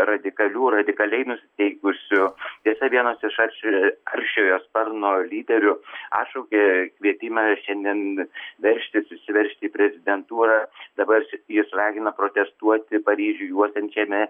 radikalių radikaliai nusiteikusių tiesa vienas iš aršioj aršiojo sparno lyderių atšaukė kvietimą šiandien veržtis įsiveržti į prezidentūrą dabar jis jis ragina protestuoti paryžių juosiančiame